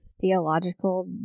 theological